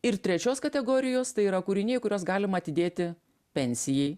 ir trečios kategorijos tai yra kūriniai kuriuos galima atidėti pensijai